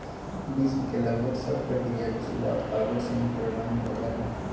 विश्व के लगभग सब प्रक्रिया के शुरूआत कागज से ही प्रारम्भ होलय हल